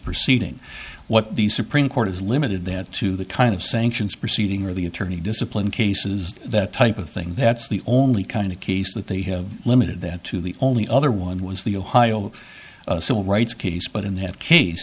proceeding what the supreme court is limited that to the kind of sanctions proceeding or the attorney discipline cases that type of thing that's the only kind of case that they have limited that to the only other one was the ohio civil rights case but in that case